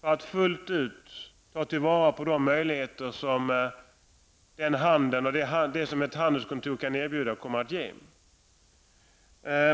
för att fullt ut ta vara på de möjligheter som den handeln och det som ett handelskontor kan erbjuda kommer att ge.